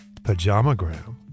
Pajamagram